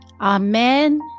amen